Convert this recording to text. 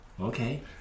okay